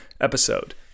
episode